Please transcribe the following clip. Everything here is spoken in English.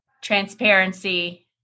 transparency